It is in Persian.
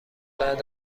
بعد